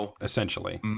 essentially